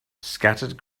scattered